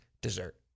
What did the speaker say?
dessert